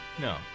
No